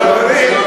איפה החברים?